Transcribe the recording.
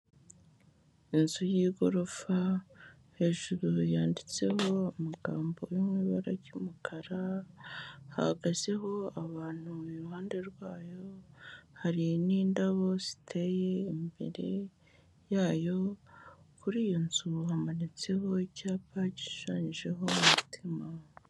Inzu y'igorofa hejuru yanditseho amagambo yo mu ibara ry'umukara hahagazeho abantu iruhande rwayo, hari n'indabo ziteye imbere yayo, kuri iyo nzu hamanitseho icyapa gishushanyijeho umutima.